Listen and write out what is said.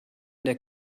der